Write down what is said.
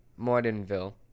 Mordenville